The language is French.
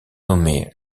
nommé